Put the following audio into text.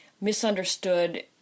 misunderstood